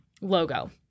logo